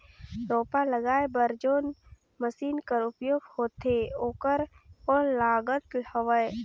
रोपा लगाय बर जोन मशीन कर उपयोग होथे ओकर कौन लागत हवय?